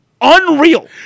Unreal